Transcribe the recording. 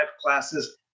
classes